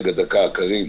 דקה, קארין.